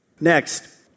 Next